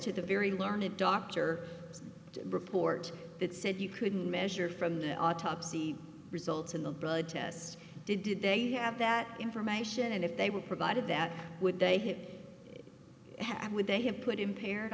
to the very learned doctor report that said you couldn't measure from the autopsy results in the blood tests did did they have that information and if they were provided that would they hit hat would they have put impaired